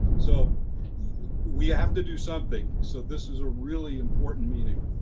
so we have to do something so this is a really important meeting.